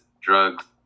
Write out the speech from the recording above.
drugs